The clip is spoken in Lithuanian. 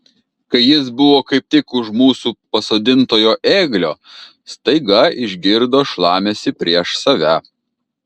kai jis buvo kaip tik už mūsų pasodintojo ėglio staiga išgirdo šlamesį prieš save